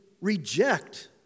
reject